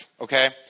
Okay